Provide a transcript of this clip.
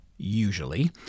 usually